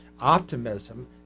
optimism